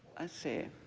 i see.